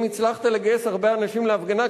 אם הצלחת לגייס הרבה אנשים להפגנה,